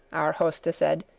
our hoste said,